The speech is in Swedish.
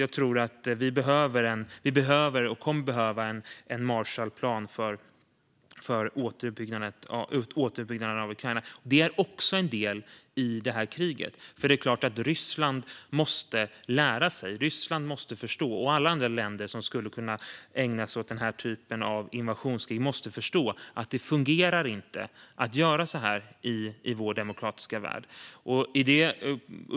Jag tror att vi kommer att behöva en Marshallplan för återuppbyggnaden av Ukraina. Detta är också en del av kriget, för Ryssland måste lära sig. Ryssland och alla andra länder som skulle kunna ägna sig åt den här typen av invasionskrig måste förstå att det inte fungerar att göra så här i vår demokratiska värld.